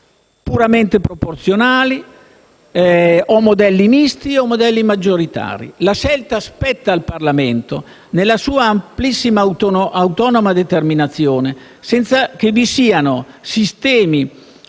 puramente proporzionali, modelli misti o modelli maggioritari. La scelta spetta al Parlamento nella sua amplissima e autonoma determinazione, senza che vi siano sistemi